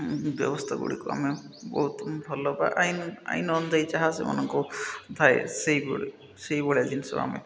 ବ୍ୟବସ୍ଥାଗୁଡ଼ିକୁ ଆମେ ବହୁତ ଭଲ ବା ଆଇନ ଆଇନ ଅନୁଯାୟୀ ଯାହା ସେମାନଙ୍କୁ ଥାଏ ସେଇଭଳି ସେଇଭଳିଆ ଜିନିଷ ଆମେ